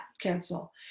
cancel